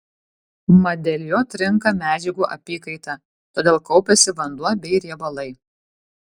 mat dėl jo trinka medžiagų apykaita todėl kaupiasi vanduo bei riebalai